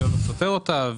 אני לא סותר אותה,